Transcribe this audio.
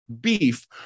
beef